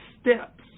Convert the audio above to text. steps